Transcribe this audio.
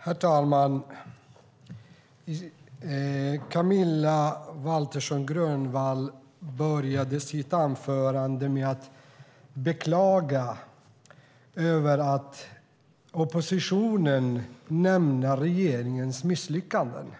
Herr talman! Camilla Waltersson Grönvall började sitt anförande med att beklaga att oppositionen nämner regeringens misslyckanden.